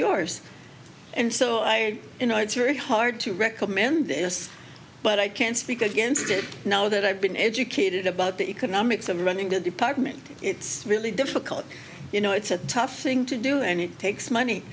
yours and so i you know it's very hard to recommend this but i can't speak against it now that i've been educated about the economics of running the department it's really difficult you know it's a tough thing to do and it takes money